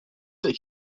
that